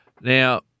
Now